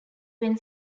when